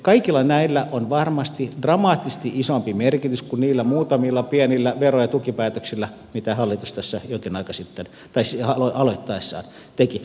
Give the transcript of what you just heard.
kaikilla näillä on varmasti dramaattisesti isompi merkitys kuin niillä muutamilla pienillä vero ja tukipäätöksillä mitä hallitus tässä jokin aika sitten vesialue aloittaessaan teki